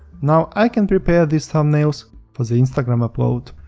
now, i can prepare these thumbnails for the instagram upload.